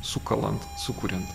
sukalant sukuriant